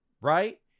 right